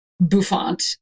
bouffant